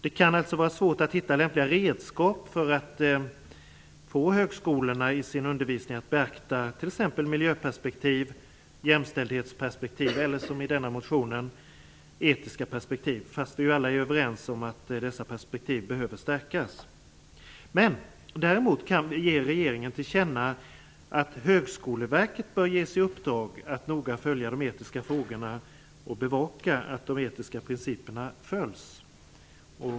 Det kan därför vara svårt att finna lämpliga redskap för att få högskolorna att i sin undervisning beakta t.ex. miljöperspektiv, jämställdhetsperspektiv eller, som i denna motion, etiska perspektiv. Detta trots att vi alla är överens om att dessa perspektiv behöver stärkas. Men däremot kan vi ge regeringen till känna att Högskoleverket bör ges i uppdrag att noga följa de etiska frågorna och bevaka att de etiska principerna följs.